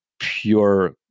pure